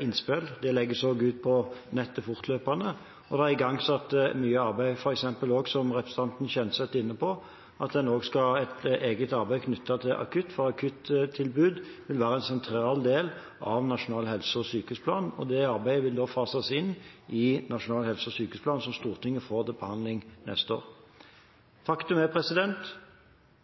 innspill. Det legges også ut på nettet fortløpende. Det er igangsatt mye arbeid, f.eks. som representanten Kjenseth er inne på, at en skal ha et eget arbeid knyttet til akuttilbudet, for akuttilbud vil være en sentral del av en nasjonal helse- og sykehusplan. Det arbeidet vil fases inn i nasjonal helse- og sykehusplan som Stortinget får til behandling neste år. Faktum er